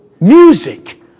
music